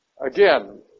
Again